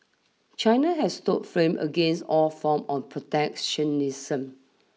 China has stood firm against all form of protectionism